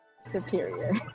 superior